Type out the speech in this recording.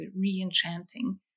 re-enchanting